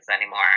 anymore